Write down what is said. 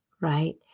right